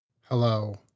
Hello